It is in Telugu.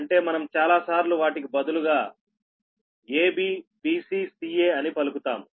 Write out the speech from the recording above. అంటే మనం చాలాసార్లు వాటికి బదులుగా A B B C C A అని పలుకుతాము